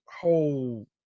whole